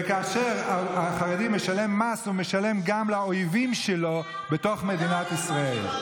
וכאשר החרדי משלם מס הוא משלם גם לאויבים שלו בתוך מדינת ישראל.